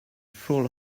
full